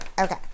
okay